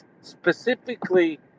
specifically